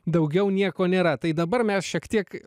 daugiau nieko nėra tai dabar mes šiek tiek